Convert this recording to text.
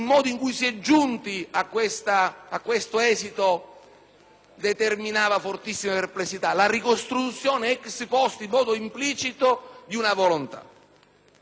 sollevava fortissime perplessità: la ricostruzione *ex post* in modo implicito di una volontà.